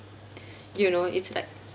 you know it's like